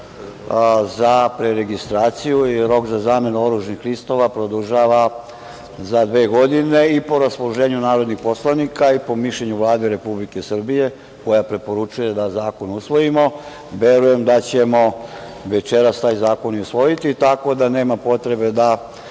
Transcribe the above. za preregistraciju i rok za zamenu oružanih listova produžava za dve godine. Po raspoloženju narodnih poslanika i po mišljenju Vlade Republike Srbije, koja preporučuje da zakon usvojimo, verujem da ćemo večeras taj zakon i usvojiti. Tako da nema potrebe da